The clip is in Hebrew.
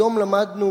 היום למדנו